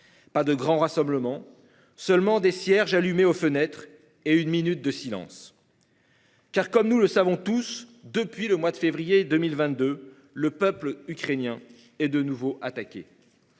Pas de grands rassemblements seulement des cierges allumées aux fenêtre et une minute de silence. Car, comme nous le savons tous. Depuis le mois de février 2022, le peuple ukrainien est de nouveau attaqué.